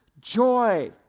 joy